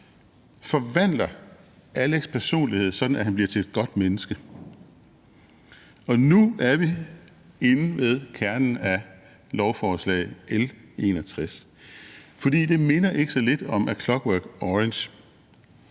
forvandler Alex' personlighed, sådan at han bliver til et godt menneske. Og nu er vi inde ved kernen af lovforslag L 61, for det minder ikke så lidt om »A Clockwork Orange«.